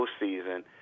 postseason